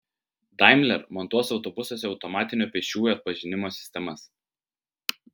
daimler montuos autobusuose automatinio pėsčiųjų atpažinimo sistemas